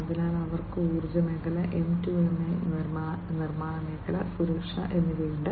അതിനാൽ അവർക്ക് ഊർജ്ജ മേഖല M2M നിർമ്മാണ മേഖല സുരക്ഷ എന്നിവയുണ്ട്